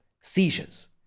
seizures